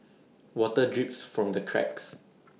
water drips from the cracks